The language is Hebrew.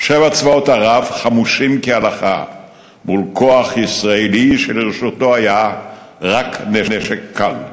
שבעה צבאות ערב חמושים כהלכה מול כוח ישראלי שלרשותו היה רק נשק קל,